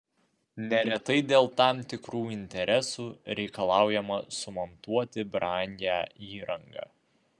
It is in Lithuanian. neretai dėl tam tikrų interesų reikalaujama sumontuoti brangią įrangą